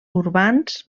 urbans